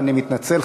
ואני מתנצל,